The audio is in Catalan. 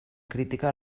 crítica